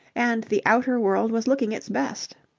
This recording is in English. and the outer world was looking its best.